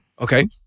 Okay